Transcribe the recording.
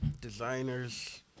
designers